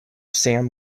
sam